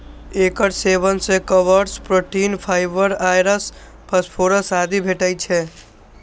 एकर सेवन सं carbs, protein, fibre, iron, phosphorus आदि भेटै छै